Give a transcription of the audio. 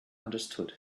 understood